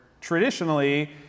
traditionally